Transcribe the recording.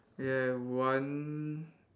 we have one